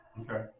okay